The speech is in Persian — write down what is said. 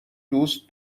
دوست